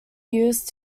used